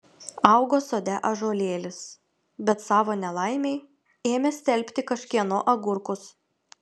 augo sode ąžuolėlis bet savo nelaimei ėmė stelbti kažkieno agurkus